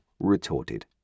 retorted